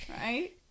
Right